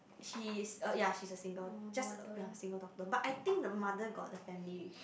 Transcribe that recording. she's a yea she's a single just a yea single daughter but I think the mother got the family already